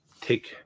take